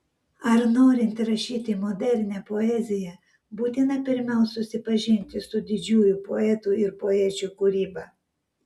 ar norint rašyti modernią poeziją būtina pirmiau susipažinti su didžiųjų poetų ir poečių kūryba